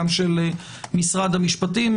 גם של משרד המשפטים.